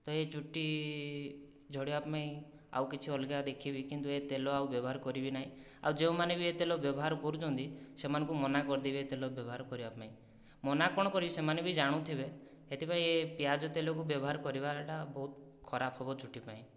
ତ ଏହି ଚୁଟି ଝଡ଼ିବା ପାଇଁ ଆଉ କିଛି ଅଲଗା ଦେଖିବି କିନ୍ତୁ ଏହି ତେଲ ଆଉ ବ୍ୟବହାର କରିବି ନାହିଁ ଆଉ ଯେଉଁମାନେ ବି ଏହି ତେଲ ବ୍ୟବହାର କରୁଛନ୍ତି ସେମାନଙ୍କୁ ମନା କରିଦେବି ଏହି ତେଲ ବ୍ୟବହାର କରିବା ପାଇଁ ମନା କ'ଣ କରିବି ସେମାନେ ବି ଜାଣୁଥିବେ ଏଥିପାଇଁ ଏ ପିଆଜ ତେଲକୁ ବ୍ୟବହାର କରିବାଟା ବହୁତ ଖରାପ ହେବ ଚୁଟି ପାଇଁ